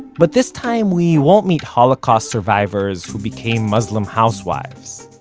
but this time we won't meet holocaust survivors who became muslim housewives.